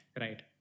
Right